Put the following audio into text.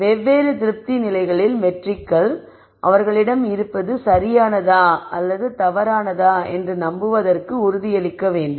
வெவ்வேறு திருப்தி நிலைகளில் மெட்ரிக்கள் அவர்களிடம் இருப்பது சரியானதா அல்லது தவறானதா என்று நம்புவதற்கு உறுதியளிக்க வேண்டும்